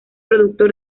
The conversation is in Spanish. productor